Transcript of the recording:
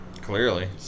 Clearly